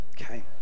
Okay